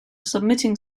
submitting